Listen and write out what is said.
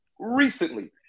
recently